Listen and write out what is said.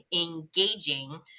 engaging